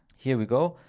here we go.